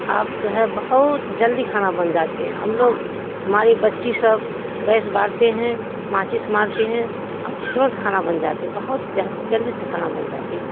اب تو ہے بہت جلدی کھانا بن جاتے ہیں ہم لوگ ہماری بچی سب گیس بارتے ہیں ماچس مارتے ہیں اب ترنت کھانا بن جاتے ہیں بہت جلدی سے کھانا بن جاتے ہیں